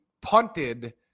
punted